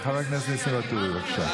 חבר הכנסת ניסים ואטורי, בבקשה.